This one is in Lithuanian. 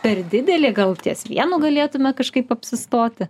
per didelė gal ties vienu galėtume kažkaip apsistoti